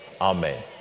Amen